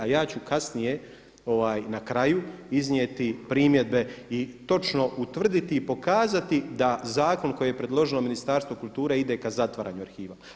A ja ću kasnije na kraju iznijeti primjedbe i točno utvrditi i pokazati da zakon koji je predložilo Ministarstvo kulture ide k zatvaranju arhiva.